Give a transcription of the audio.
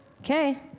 Okay